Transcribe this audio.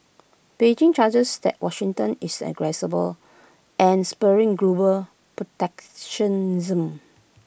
Beijing charges that Washington is the and spurring global protectionism